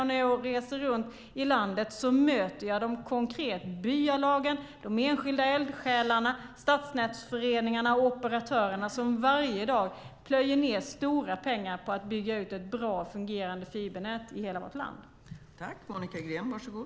Och när jag reser runt i landet möter jag dem konkret, byalagen, de enskilda eldsjälarna, stadsnätsföreningarna och operatörerna, som varje dag plöjer ned stora pengar på att bygga ut ett bra fungerande fibernät i hela vårt land.